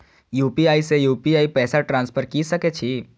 UPI से UPI पैसा transfer की सके छी?